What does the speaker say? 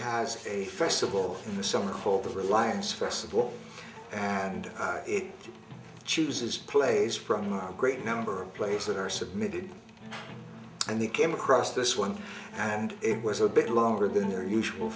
has a festival in the summer called the reliance festival and it chooses plays from a great number of plays that are submitted and we came across this one and it was a bit longer than your usual